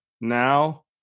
Now